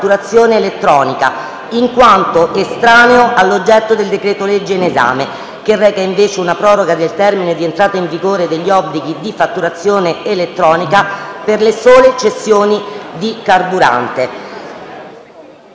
elettronica, in quanto estraneo all'oggetto del decreto-legge in esame, che reca invece una proroga del termine di entrata in vigore degli obblighi di fatturazione elettronica per le sole cessioni di carburante.